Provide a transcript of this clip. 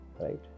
right